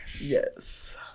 yes